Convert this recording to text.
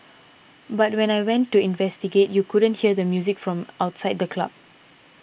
but when I went to investigate you couldn't hear the music from outside the club